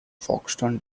foxton